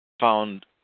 found